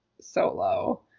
Solo